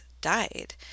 died